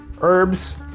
herbs